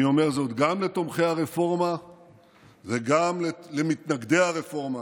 אני אומר זאת גם לתומכי הרפורמה וגם למתנגדי הרפורמה,